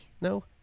no